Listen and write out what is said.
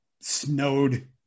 snowed